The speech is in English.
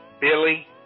Billy